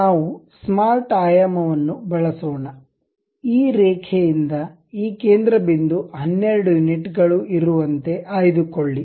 ನಾವು ಸ್ಮಾರ್ಟ್ ಆಯಾಮ ವನ್ನು ಬಳಸೋಣ ಈ ರೇಖೆಯಿಂದ ಈ ಕೇಂದ್ರ ಬಿಂದು 12 ಯೂನಿಟ್ ಗಳು ಇರುವಂತೆ ಆಯ್ದುಕೊಳ್ಳಿ